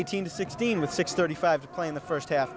eighteen to sixteen with six thirty five play in the first half